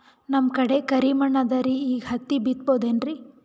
ನಮ್ ಕಡೆ ಕರಿ ಮಣ್ಣು ಅದರಿ, ಈಗ ಹತ್ತಿ ಬಿತ್ತಬಹುದು ಏನ್ರೀ?